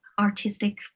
artistic